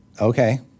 Okay